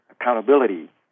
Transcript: accountability